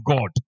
God